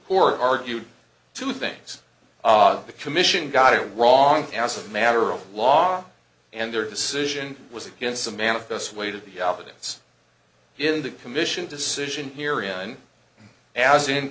court argued two things the commission got it wrong as a matter of law and their decision was against the manifest weight of the albums in the commission decision here in as in